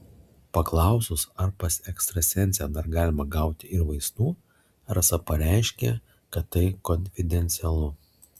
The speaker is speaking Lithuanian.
paklausus ar pas ekstrasensę dar galima gauti ir vaistų rasa pareiškė kad tai konfidencialu